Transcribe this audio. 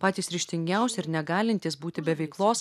patys ryžtingiausi ir negalintys būti be veiklos